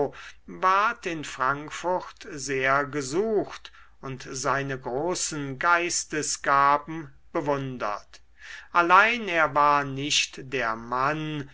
ward in frankfurt sehr gesucht und seine großen geistesgaben bewundert allein er war nicht der mann